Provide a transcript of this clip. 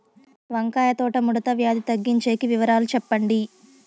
వంకాయ తోట ముడత వ్యాధి తగ్గించేకి వివరాలు చెప్పండి?